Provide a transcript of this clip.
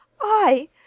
I